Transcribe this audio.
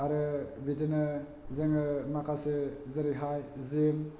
आरो बिदिनो जोङो माखासे जेरैहाय जिम